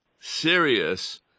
serious